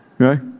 Okay